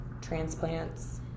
transplants